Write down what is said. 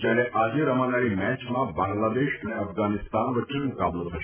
જ્યારે આજે રમાનારી મેચમાં બાંગ્લાદેશ અને અફઘાનિસ્તાન વચ્ચે મુકાબલો થશે